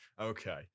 Okay